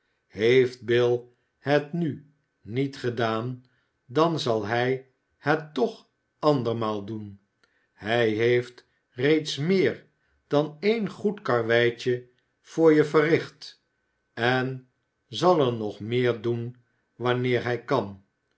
heeft bill het nu niet gedaan dan zal hij het toch een andermaal doen hij heeft reeds meer dan een goed karweitje voor je verricht en zal er nog meer doen wanneer hij kan